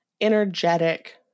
energetic